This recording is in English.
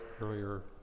earlier